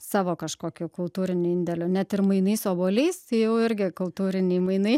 savo kažkokiu kultūriniu indėliu net ir mainais obuoliais jau irgi kultūriniai mainai